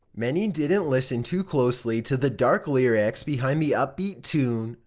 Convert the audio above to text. many didn't listen too closely to the dark lyrics behind the upbeat tune.